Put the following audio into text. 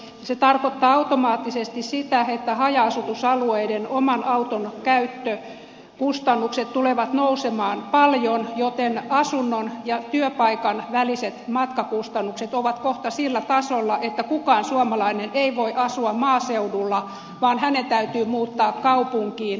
se tarkoittaa automaattisesti sitä että haja asutusalueiden oman auton käyttökustannukset tulevat nousemaan paljon joten asunnon ja työpaikan väliset matkakustannukset ovat kohta sillä tasolla että kukaan suomalainen ei voi asua maaseudulla vaan hänen täytyy muuttaa kaupunkiin